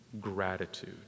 Gratitude